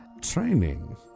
Training